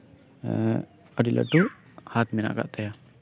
ᱟᱹᱰᱤ ᱞᱟᱹᱴᱩ ᱦᱟᱛ ᱢᱮᱱᱟᱜ ᱟᱠᱟᱫ ᱛᱟᱭᱟ